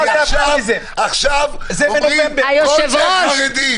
עכשיו אומרים: כל זה חרדים.